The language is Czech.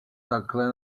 takhle